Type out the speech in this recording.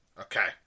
Okay